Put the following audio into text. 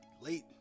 late